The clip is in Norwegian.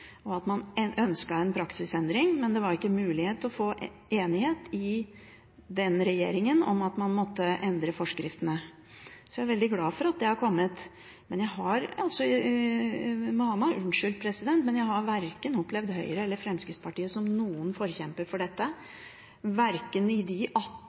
og at man ønsket en praksisendring, men det var ikke mulighet til å få enighet i den regjeringen om å endre forskriftene. Så jeg er veldig glad for at det har kommet. Du må ha meg unnskyldt, president, men jeg har ikke opplevd verken Høyre eller Fremskrittspartiet som noen forkjempere for dette. For å si det sånn: Ikke i noen av de